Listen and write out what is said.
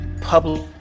public